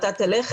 'אתה תלך',